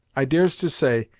i dares to say,